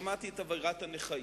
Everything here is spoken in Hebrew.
שמעתי את אווירת הנכאים,